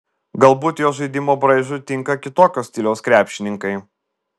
galbūt jo žaidimo braižui tinka kitokio stiliaus krepšininkai